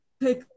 take